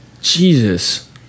Jesus